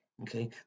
Okay